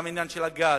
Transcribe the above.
גם העניין של הגז,